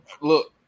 Look